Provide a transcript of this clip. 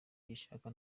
gishaka